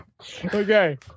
Okay